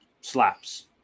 slaps